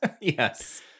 yes